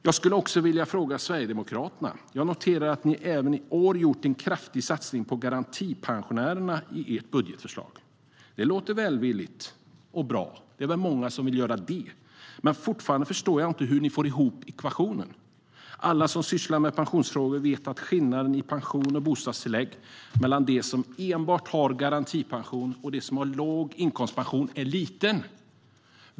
Jag skulle också vilja fråga Sverigedemokraterna en sak. Jag noterar att ni även i år gjort en kraftig satsning på garantipensionärerna i ert budgetförslag. Det låter välvilligt och bra, och det är många som vill göra det. Men fortfarande förstår jag inte hur ni får ihop ekvationen. Alla som sysslar med pensionsfrågor vet att skillnaden i pension och bostadstillägg mellan dem som enbart har garantipension och dem som har låg inkomstpension är liten.